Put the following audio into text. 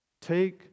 Take